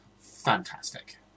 Fantastic